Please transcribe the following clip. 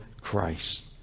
Christ